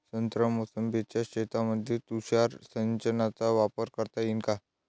संत्रा मोसंबीच्या शेतामंदी तुषार सिंचनचा वापर करता येईन का?